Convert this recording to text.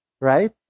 right